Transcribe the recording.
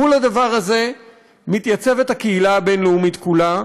מול הדבר הזה מתייצבת הקהילה הבין-לאומית כולה,